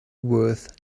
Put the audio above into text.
worth